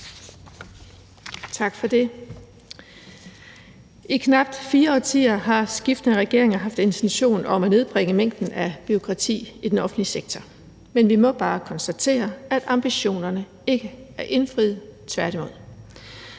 Tak for det. I knap fire årtier har skiftende regeringer haft intention om at nedbringe mængden af bureaukrati i den offentlige sektor, men vi må bare konstatere, at ambitionerne ikke er indfriet, tværtimod.